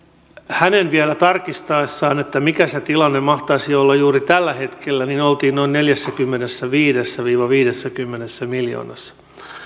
hänen vielä tarkistaessaan mikä se tilanne mahtaisi olla juuri tällä hetkellä oltiin noin neljässäkymmenessäviidessä viiva viidessäkymmenessä miljoonassa